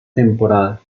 temporada